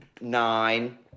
nine